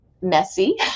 messy